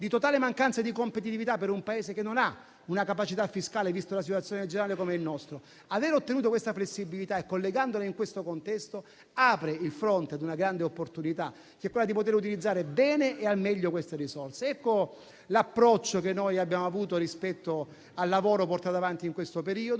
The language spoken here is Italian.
di totale mancanza di competitività per un Paese che non ha capacità fiscale, vista la situazione generale, come il nostro. Aver ottenuto questa flessibilità, collegandola in questo contesto, apre il fronte ad una grande opportunità, quella di poter utilizzare bene e al meglio queste risorse. Ecco l'approccio che abbiamo avuto rispetto al lavoro portato avanti in questo periodo.